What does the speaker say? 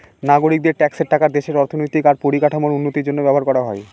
নাগরিকদের ট্যাক্সের টাকা দেশের অর্থনৈতিক আর পরিকাঠামোর উন্নতির জন্য ব্যবহার করা হয়